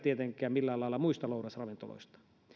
millään lailla muista lounasravintoloista